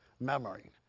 memory